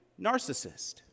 narcissist